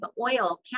oil